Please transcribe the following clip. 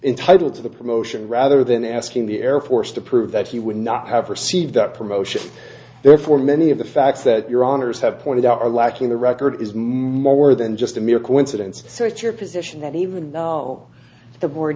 entitle to the promotion rather than asking the air force to prove that he would not have received that promotion therefore many of the facts that your honour's have pointed out are lacking the record is more than just a mere coincidence search your position that even though the board